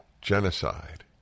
Genocide